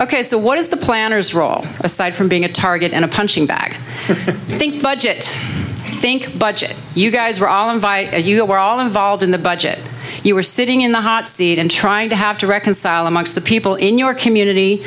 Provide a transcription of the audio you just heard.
ok so what is the planners role aside from being a target and a punching bag think budget think budget you guys were all invited you were all involved in the budget you were sitting in the hot seat and trying to have to reconcile amongst the people in your community